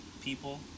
people